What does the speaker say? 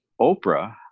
Oprah